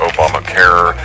Obamacare